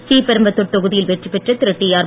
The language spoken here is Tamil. ஸ்ரீபெரும்பத்தூர் தொகுதியில் வெற்றி பெற்ற திரு டி ஆர்